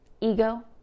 ego